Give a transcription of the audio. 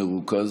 במרוכז.